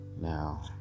now